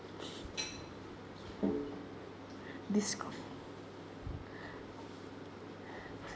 desc~